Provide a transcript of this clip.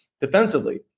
defensively